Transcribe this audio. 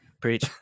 Preach